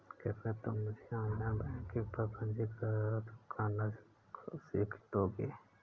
कृपया तुम मुझे ऑनलाइन बैंकिंग पर पंजीकरण करना सीख दोगे?